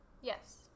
Yes